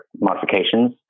modifications